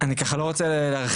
אני ככה לא רוצה להרחיב,